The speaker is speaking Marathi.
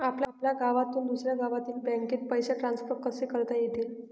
आपल्या गावातून दुसऱ्या गावातील बँकेत पैसे ट्रान्सफर कसे करता येतील?